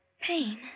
pain